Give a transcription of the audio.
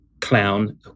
clown